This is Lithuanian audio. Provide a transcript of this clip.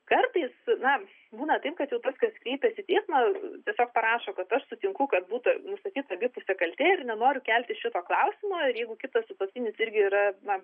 kartais na būna taip kad jau tas kas kreipiasi į teismą tiesiog parašo kad aš sutinku kad būtų nustatyta abipusė kaltė ir nenoriu kelti šito klausimo ir jeigu kitas sutuoktinis irgi yra na